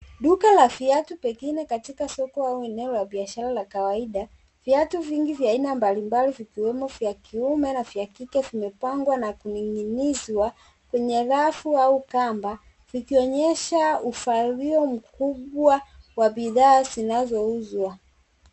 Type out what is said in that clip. Duka la viatu pengine katika soko au eneo la biashara la kawaida. Viatu vingi vya aina mbalimbali vikiwemo vya kiume na vya kike vimepangwa na kuning'inizwa kwenye rafu au kamba vikionyesha urval mkubwa wa bidhaa zinazouzwa.